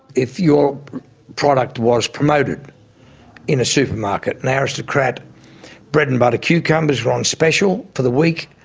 if your product was promoted in a supermarket and aristocrat bread-and-butter cucumbers were on special for the week,